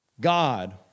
God